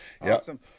Awesome